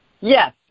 yes